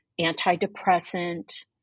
antidepressant